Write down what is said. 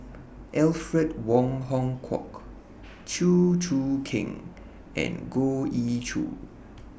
Alfred Wong Hong Kwok Chew Choo Keng and Goh Ee Choo